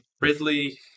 Ridley